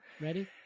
Ready